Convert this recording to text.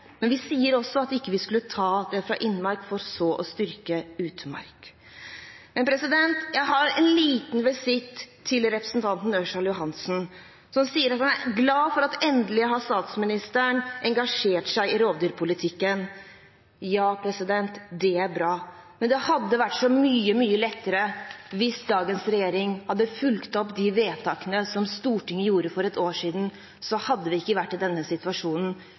også at vi ikke skulle ta det fra innmark for å styrke utmark. Jeg har en liten visitt til representanten Ørsal Johansen, som sier at han er glad for at statsministeren endelig har engasjert seg i rovdyrpolitikken. Ja, det er bra, men det hadde vært så mye lettere hvis dagens regjering hadde fulgt opp de vedtakene som Stortinget gjorde for et år siden. Da hadde vi ikke vært i denne situasjonen,